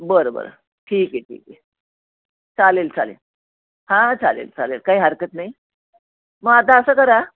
बरं बरं ठीक आहे ठीक आहे चालेल चालेल हां चालेल चालेल काही हरकत नाही मग आता असं करा